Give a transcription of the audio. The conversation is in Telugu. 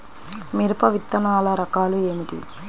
మిరప విత్తనాల రకాలు ఏమిటి?